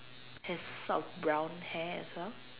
has sort of brown hair as well